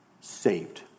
Saved